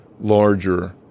larger